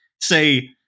say